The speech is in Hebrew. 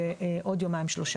בעוד יומיים-שלושה,